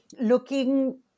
looking